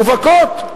מובהקות.